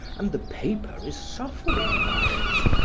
and the paper is suffering by it.